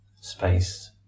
space